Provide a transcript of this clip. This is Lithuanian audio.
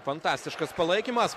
fantastiškas palaikymas